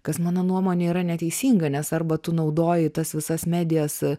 kas mano nuomone yra neteisinga nes arba tu naudoji tas visas medijas